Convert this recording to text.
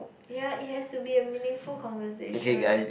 ya it has to be a meaningful conversation